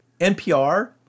NPR